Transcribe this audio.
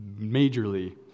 majorly